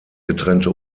getrennte